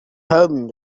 home